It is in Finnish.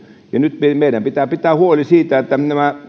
nyt meidän pitää pitää huoli siitä että kun